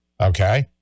okay